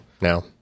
now